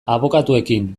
abokatuekin